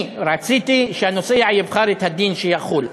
אני רציתי, שהנוסע יבחר את הדין שיחול.